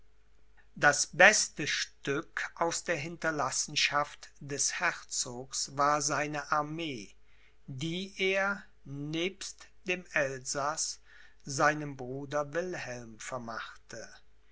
das beste stück aus der hinterlassenschaft des herzogs war seine armee die er nebst dem elsaß seinem bruder wilhelm vermachte